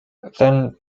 then